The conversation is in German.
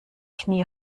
knie